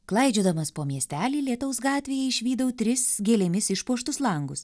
klaidžiodamas po miestelį lietaus gatvėje išvydau tris gėlėmis išpuoštus langus